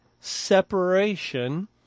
separation